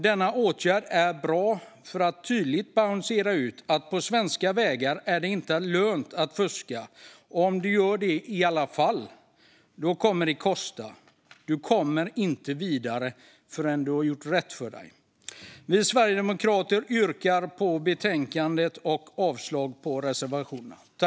Denna åtgärd är bra för att tydligt basunera ut att det inte är lönt att fuska på svenska vägar. Om du gör det i alla fall kommer det att kosta, och du kommer inte vidare innan du har gjort rätt för dig. Vi sverigedemokrater yrkar bifall till utskottets förslag i betänkandet och avslag på reservationerna.